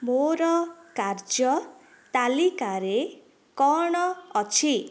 ମୋର କାର୍ଯ୍ୟ ତାଲିକାରେ କ'ଣ ଅଛି